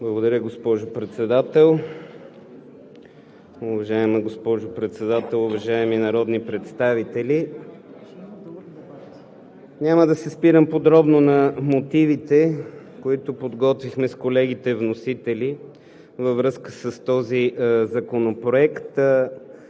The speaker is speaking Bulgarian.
Благодаря, госпожо Председател. Уважаема госпожо Председател, уважаеми народни представители! Няма да се спирам подробно на мотивите, които подготвихме с колегите вносители във връзка с този законопроект.